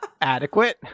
adequate